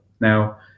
Now